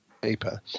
paper